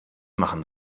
machen